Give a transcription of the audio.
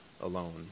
alone